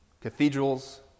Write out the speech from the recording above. cathedrals